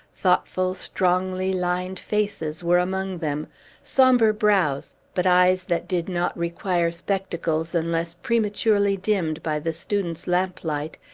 thoughtful, strongly lined faces were among them sombre brows, but eyes that did not require spectacles, unless prematurely dimmed by the student's lamplight,